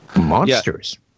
monsters